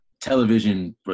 television